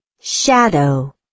shadow